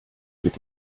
mit